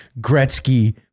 Gretzky